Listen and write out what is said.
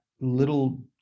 little